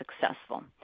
successful